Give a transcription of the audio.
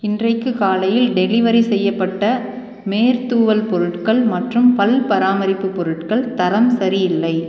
இன்றைக்கு காலையில் டெலிவரி செய்யப்பட்ட மேற்தூவல் பொருட்கள் மற்றும் பல் பராமரிப்பு பொருட்கள் தரம் சரியில்லை